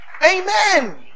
Amen